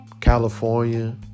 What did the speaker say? California